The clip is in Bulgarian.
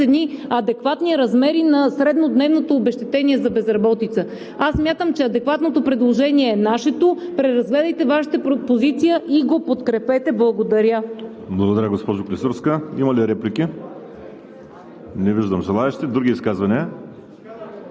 адекватни размери на среднодневното обезщетение за безработица? Аз смятам, че адекватното предложение е нашето. Преразгледайте Вашата позиция и го подкрепете! Благодаря. ПРЕДСЕДАТЕЛ ВАЛЕРИ СИМЕОНОВ: Благодаря, госпожо Клисурска. Има ли реплики? Не виждам желаещи. Други изказвания?